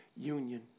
union